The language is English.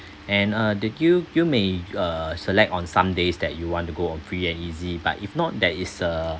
and uh that you you may uh select on some days that you want to go on free and easy but if not that is uh